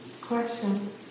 question